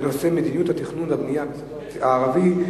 מדיניות התכנון והבנייה בסקטור הערבי,